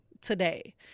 today